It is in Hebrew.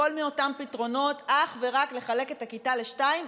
הכול מאותם פתרונות: אך ורק לחלק את הכיתה לשניים?